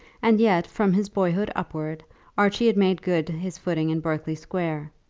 and yet from his boyhood upwards archie had made good his footing in berkeley square.